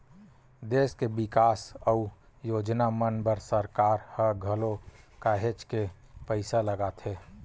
देस के बिकास अउ योजना मन बर सरकार ल घलो काहेच के पइसा लगथे